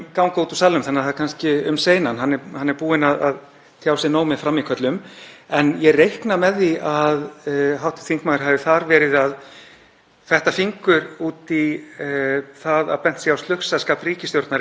fetta fingur út í að bent sé á slugs ríkisstjórnarinnar í afglæpavæðingarfrumvarpinu og kannski sérstaklega þegar rifjað er upp hversu vel forysta velferðarnefndar á síðasta kjörtímabili hélt á málinu.